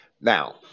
Now